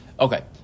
Okay